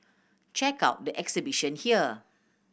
check out the exhibition here